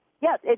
Yes